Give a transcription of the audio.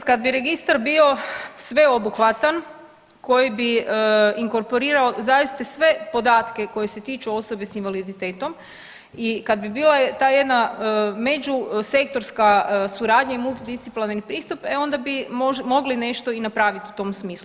E sad kad bi registar bio sveobuhvatan koji bi inkorporirao zaista sve podatke koji se tiču osobe s invaliditetom i kad bi bila ta jedna međusektorska suradnja i multidisciplinarni pristup e onda bi mogli nešto i napraviti u tom smislu.